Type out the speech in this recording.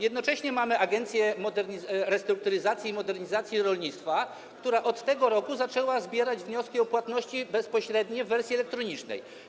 Jednocześnie mamy Agencję Restrukturyzacji i Modernizacji Rolnictwa, która od tego roku zaczęła zbierać wnioski o płatności bezpośrednie w wersji elektronicznej.